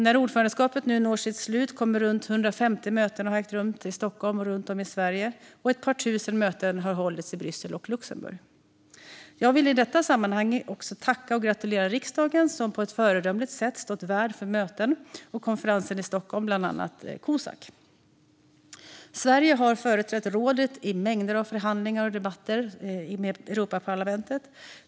När ordförandeskapet inom kort når sitt slut kommer runt 150 möten att ha ägt rum i Stockholm och runt om i Sverige, liksom ett par tusen i Bryssel och Luxemburg. Jag vill i detta sammanhang tacka och gratulera riksdagen, som på ett föredömligt sätt stått värd för möten och konferenser i Stockholm, bland annat Cosac. Sverige har företrätt rådet i mängder av förhandlingar och debatter med Europaparlamentet.